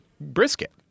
brisket